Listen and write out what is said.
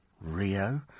Rio